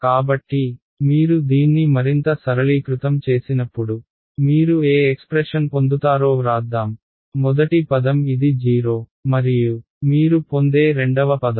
కాబట్టి మీరు దీన్ని మరింత సరళీకృతం చేసినప్పుడు మీరు ఏ ఎక్స్ప్రెషన్ పొందుతారో వ్రాద్దాం మొదటి పదం ఇది 0 మరియు మీరు పొందే రెండవ పదం